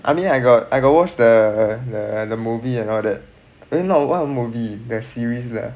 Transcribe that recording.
I mean I got I got watch the the movie and all that eh not what movie the series lah